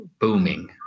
booming